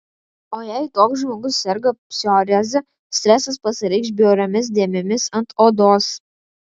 o jei toks žmogus serga psoriaze stresas pasireikš bjauriomis dėmėmis ant odos